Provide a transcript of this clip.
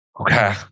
okay